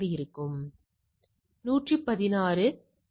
இது நம்மால் முடியும் இந்த குறிப்பிட்ட மதிப்பை நாம் கணக்கிட முடியும்